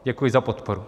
Děkuji za podporu.